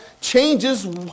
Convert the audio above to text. changes